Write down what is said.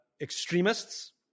extremists